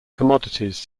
commodities